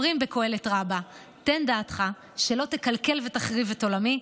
אומרים בקהלת רבה: תן דעתך שלא תקלקל ותחריב את עולמי,